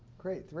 great.